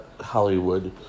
Hollywood